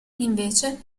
invece